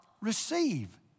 receive